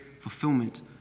fulfillment